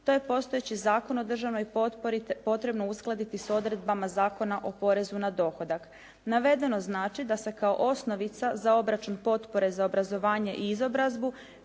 to je postojeći Zakon o državnoj potpori potrebno uskladiti s odredbama Zakona o porezu na dohodak. Navedeno znači da se kao osnovica za obračun potpore za obrazovanje i izobrazbu